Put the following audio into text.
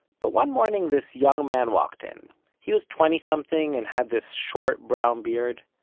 but one morning this young man walked in. he was twenty-something, and had this short brown beard.